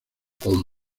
con